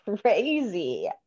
crazy